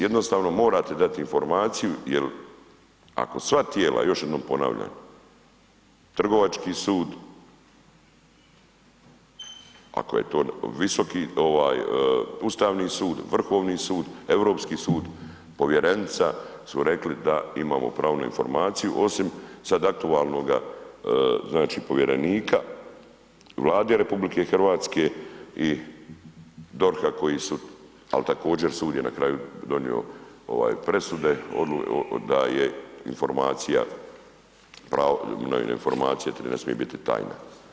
Jednostavno morate dati informaciju jer, ako sva tijela, još jednom ponavljam, trgovački sud, ako je to Ustavni sud, Vrhovni sud, Europski sud, povjerenica su rekli da imamo pravo na informaciju, osim sad aktualnoga znači povjerenika, Vlade RH i DORH-a, koji su, ali također sud je na kraju donio presude da je informacija pravo na informacije ne smije biti tajna.